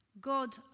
God